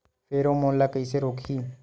Pheromone ला कइसे रोकही?